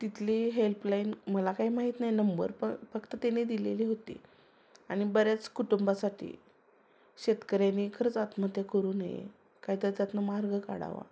तिथली हेल्पलाईन मला काय माहीत नाही नंबर पण फक्त तिने दिलेली होती आणि बरेच कुटुंबासाठी शेतकऱ्यानी खरंच आत्महत्या करू नये कायतर त्यातनं मार्ग काढावा